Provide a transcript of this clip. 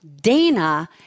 Dana